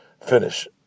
finish